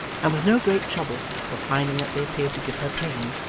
and with no great trouble, for finding that they appeared to give her pain,